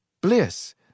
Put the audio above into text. Bliss